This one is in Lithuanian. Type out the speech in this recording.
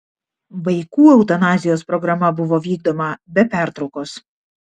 vaikų eutanazijos programa buvo vykdoma be pertraukos